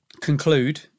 conclude